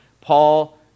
Paul